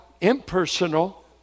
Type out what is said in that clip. impersonal